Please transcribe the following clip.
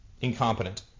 incompetent